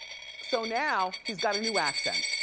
so now, he's got a new accent.